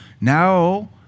Now